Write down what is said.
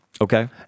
Okay